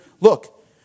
Look